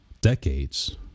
decades